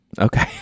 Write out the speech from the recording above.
Okay